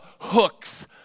hooks